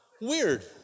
weird